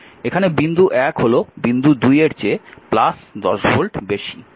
এখানে বিন্দু 1 হল বিন্দু 2 এর চেয়ে 10 ভোল্ট বেশি